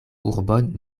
urbon